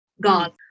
God